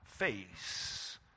face